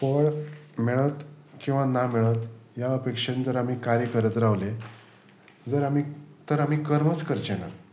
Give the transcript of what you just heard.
फळ मेळत किंवां ना मेळत ह्या अपेक्षन जर आमी कार्य करत रावले जर आमी तर आमी कर्मच करचे ना